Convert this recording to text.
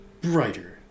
Brighter